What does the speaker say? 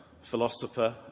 philosopher